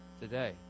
today